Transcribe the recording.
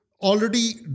already